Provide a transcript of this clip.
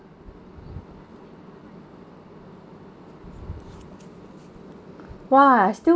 !whoa! still